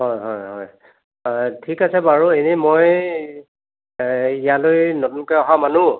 হয় হয় হয় ঠিক আছে বাৰু এনে মই ইয়ালৈ নতুনকৈ অহা মানুহ